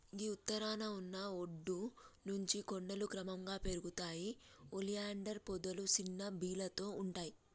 గీ ఉత్తరాన ఉన్న ఒడ్డు నుంచి కొండలు క్రమంగా పెరుగుతాయి ఒలియాండర్ పొదలు సిన్న బీలతో ఉంటాయి